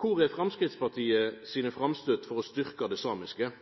Kvar er Framstegspartiet sine framstøyt for å styrkja det samiske?